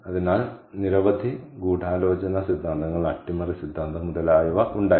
അതിനാൽ നിരവധി ഗൂഢാലോചന സിദ്ധാന്തങ്ങൾ അട്ടിമറി സിദ്ധാന്തം മുതലായവ ഉണ്ടായിരുന്നു